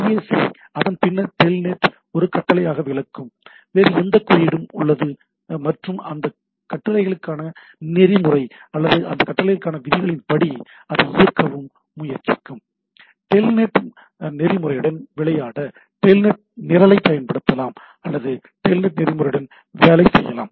IAC அதன் பின்னர் Telnet ஒரு கட்டளையாக விளக்கும் வேறு எந்த குறியீடும் உள்ளது மற்றும் அந்த கட்டளைகளுக்கான நெறிமுறை அல்லது அந்த கட்டளைகளுக்கான விதிகளின்படி அதை இயக்க முயற்சிக்கவும் டெல்நெட் நெறிமுறையுடன் விளையாட டெல்நெட் நிரலைப் பயன்படுத்தலாம் அல்லது டெல்நெட் நெறிமுறையுடன் வேலை செய்யலாம்